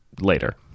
later